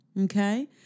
Okay